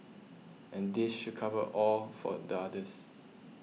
and this should cover all for the others